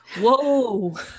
whoa